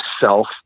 self